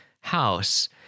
house